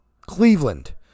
cleveland